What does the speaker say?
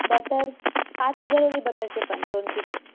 butter पाच हजार होईल बटरचे पण दोन किलो